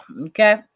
okay